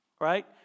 Right